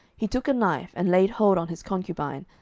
he took a knife, and laid hold on his concubine,